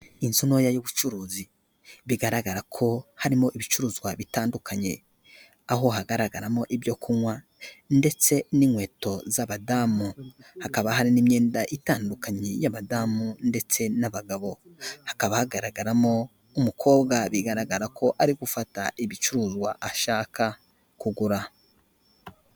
Inzu ntoya y'ubucuruzi bigaragara ko harimo ibicuruzwa bitandukanye aho hagaragaramo ibyo kunywa ndetse n'inkweto z'abadamu hakaba hari n'imyenda itandukanye y'abadamu ndetse n'abagabo hakaba hagaragaramo umukobwa bigaragara ko ari gufata ibicuruzwa ashaka kugura.